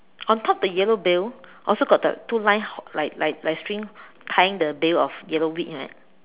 on top the yellow bail also got the two line like like like string tying the bail of yellow weed like that